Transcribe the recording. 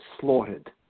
slaughtered